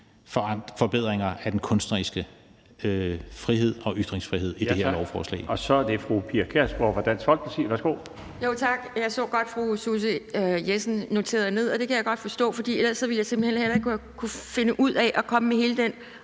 forbedringer af den kunstneriske frihed og ytringsfrihed i det her lovforslag.